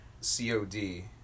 cod